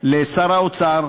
לשר האוצר,